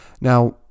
Now